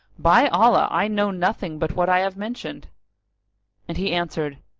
by allah, i know nothing but what i have mentioned and he answered,